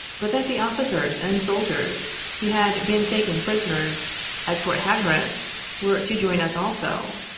but that the officers and soldiers who had been taken prisoners at fort hatter as were to join us also.